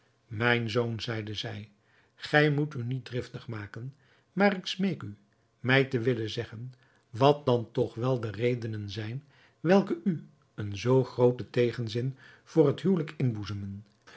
mijn zoon zeide zij gij moet u niet driftig maken maar ik smeek u mij te willen zeggen wat dan toch wel de redenen zijn welke u een zoo grooten tegenzin voor het huwelijk